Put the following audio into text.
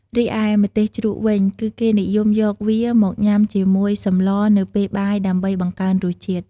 រីឯម្ទេសជ្រក់វិញ គឺគេនិយមយកវាមកញ៉ាំជាមួយសម្លរនៅពេលបាយដើម្បីបង្កើនរសជាតិ។